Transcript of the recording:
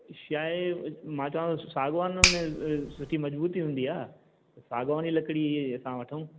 छा आहे मां चवां थो सागवान में सुठी मज़बूती हूंदी आ सागवान जी लकड़ी ई असां वठूं